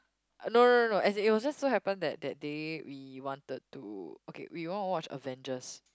uh no no no no as it was just so happen that that day we wanted to okay we want to watch Avengers